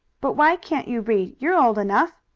but why can't you read? you're old enough.